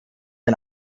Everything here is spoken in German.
ein